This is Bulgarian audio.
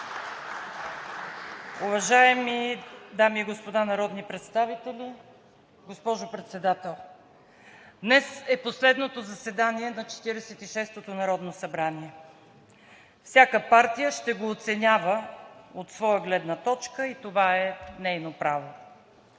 Уважаеми дами и господа народни представители, госпожо Председател! Днес е последното заседание на 46-ото народно събрание. Всяка партия ще го оценява от своя гледна точка и това е нейно право.